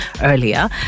earlier